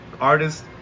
artists